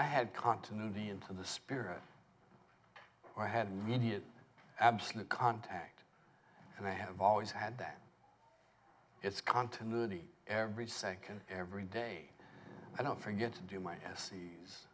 i had continuity into the spirit i had media absolute contact and i have always had that it's continuity every second every day i don't forget to do my ses